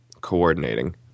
coordinating